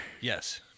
Yes